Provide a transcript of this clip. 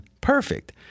perfect